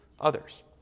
others